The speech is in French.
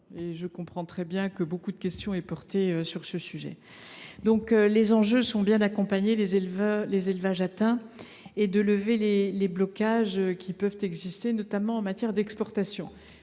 je comprends très bien que plusieurs de vos collègues aient choisi de l’évoquer. Les enjeux sont bien d’accompagner les élevages atteints et de lever les blocages qui peuvent exister, notamment en matière d’exportations.